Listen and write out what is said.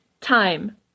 time